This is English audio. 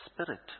Spirit